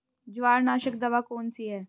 जवार नाशक दवा कौन सी है?